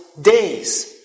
days